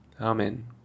Amen